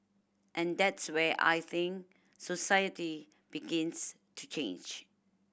and that's where I think society begins to change